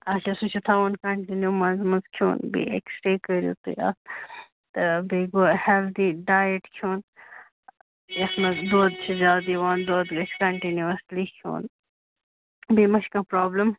اچھا سُہ چھِ تھاوُن کَنٹِنیوٗ منٛزٕ منٛزٕ کھیوٚن بیٚیہِ اٮ۪کس رے کٔرِو تُہۍ اَتھ تہٕ بیٚیہِ گوٚو ہٮ۪لدی ڈایٹ کھیوٚن یَتھ منٛز دۄد چھِ زیٛادٕ یِوان دۄد گَژھِ کَنٹِنیوٗوَسلی کھیوٚن بیٚیہِ ما چھِ کانٛہہ پرٛابلم